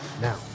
now